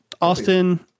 Austin